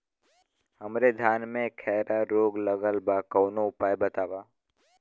हमरे धान में खैरा रोग लगल बा कवनो उपाय बतावा?